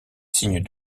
signes